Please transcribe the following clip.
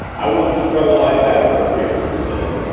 i wouldn't struggle like that for a theory, he said,